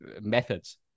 methods